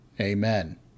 Amen